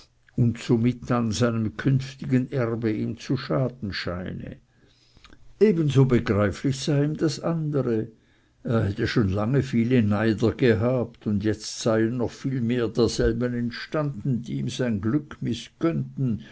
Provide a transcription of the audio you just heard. und somit an seinem künftigen erbe ihm zu schaden scheine ebenso begreiflich sei ihm das andere er hätte schon lange viele neider gehabt und jetzt seien noch viel mehr derselben entstanden die ihm sein glück